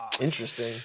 Interesting